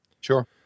sure